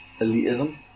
elitism